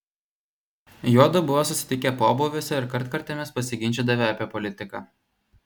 juodu buvo susitikę pobūviuose ir kartkartėmis pasiginčydavę apie politiką